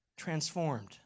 transformed